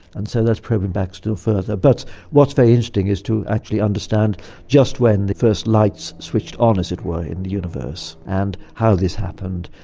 and so that's probing back still further. but what is very interesting is to actually understand just when the first lights switched on, as it were, in the universe, and how this happened.